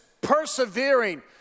persevering